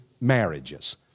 marriages